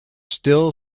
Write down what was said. still